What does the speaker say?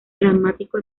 dramático